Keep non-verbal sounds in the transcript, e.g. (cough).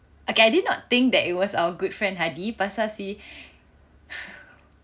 okay I did not think that it was our good friend Hadi pasal si (noise)